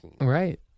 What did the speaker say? Right